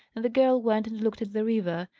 and the girl went and looked at the river.